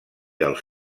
els